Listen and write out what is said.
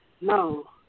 No